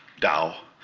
dow,